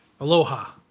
aloha